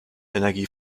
energie